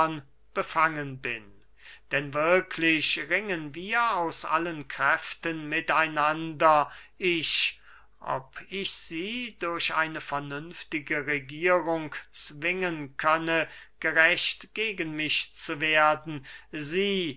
befangen bin denn wirklich ringen wir aus allen kräften mit einander ich ob ich sie durch eine vernünftige regierung zwingen könne gerecht gegen mich zu werden sie